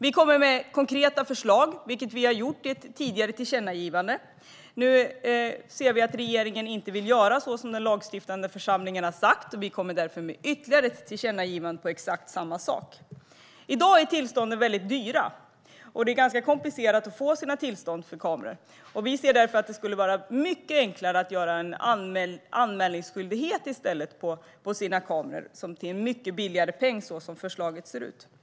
Vi kommer med konkreta förslag, vilket vi har gjort i ett tidigare tillkännagivande. Nu ser vi att regeringen inte vill göra så som den lagstiftande församlingen har sagt, och vi kommer därför med ytterligare ett tillkännagivande om exakt samma sak. I dag är tillstånden väldigt dyra, och det är ganska komplicerat att få tillstånd för kameror. Vi anser därför att det skulle vara mycket enklare att i stället införa anmälningsskyldighet för kameror till en mycket billigare peng enligt förslaget.